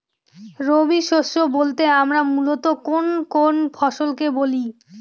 রবি শস্য বলতে আমরা মূলত কোন কোন ফসল কে বলি?